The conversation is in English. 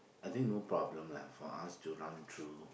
I think no problem lah for us to run through